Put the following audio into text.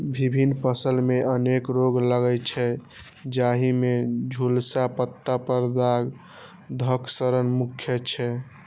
विभिन्न फसल मे अनेक रोग लागै छै, जाहि मे झुलसा, पत्ता पर दाग, धड़ सड़न मुख्य छै